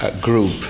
Group